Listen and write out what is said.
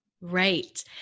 Right